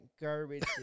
garbage